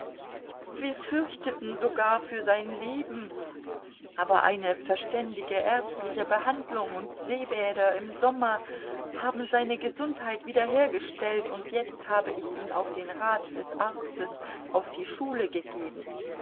wir fürchteten sogar für sein leben aber eine verständige ärztliche behandlung und seebäder im sommer haben seine gesundheit wiederhergestellt und jetzt habe ich ihn auf den rat des arztes auf die schule gegeben